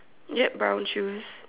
yup brown shoes